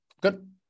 Good